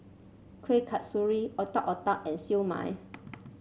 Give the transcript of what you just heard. Kueh Kasturi Otak Otak and Siew Mai